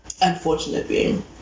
Unfortunately